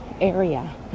area